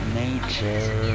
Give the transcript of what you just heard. nature